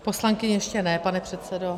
Poslankyně ještě ne, pane předsedo.